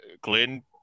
Glenn